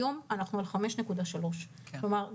היום אנחנו על 5.3%. כלומר,